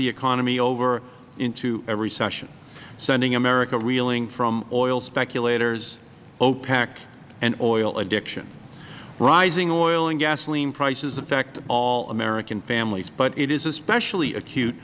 the economy over into a recession sending america reeling from oil speculators opec and oil addiction rising oil and gasoline prices affect all american families but it is especially acute